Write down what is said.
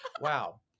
Wow